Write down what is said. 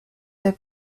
their